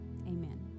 Amen